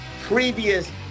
previous